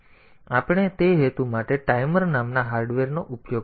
તેથી આપણે તે હેતુ માટે ટાઇમર નામના હાર્ડવેરનો ઉપયોગ કરવો પડશે